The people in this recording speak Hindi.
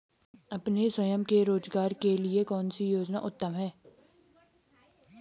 अपने स्वयं के रोज़गार के लिए कौनसी योजना उत्तम है?